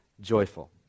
joyful